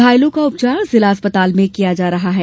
घायलों का उपचार जिला अस्पताल में किया जा रहा है